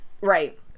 Right